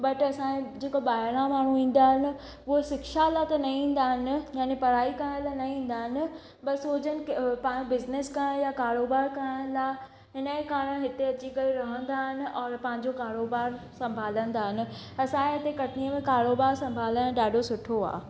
but असांजा जेको ॿाहिरां माण्हूं ईंदा आहिनि उहे सिक्षा लाहे त न ईंदा आहिनि यानि पढ़ाई करण लाइ न ईंदा इन बसि हो जन पंहिंजो बिज़निस करण या कारोबार करण लाइ इनजे कारण हिते अची करे रहंदा आहिनि और पंहिंजो कारोबारु संभालंदा आहिनि असांजे इते कटनीअ में कारोबारु संभालण ॾाढो सुठो आहे